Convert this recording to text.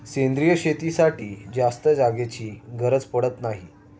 सेंद्रिय शेतीसाठी जास्त जागेची गरज पडत नाही